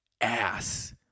ass